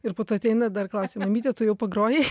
ir po to ateina dar klausia mamyte tu jau pagrojai